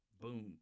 boom